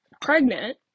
pregnant